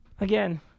Again